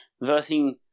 versing